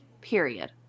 period